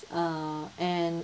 uh and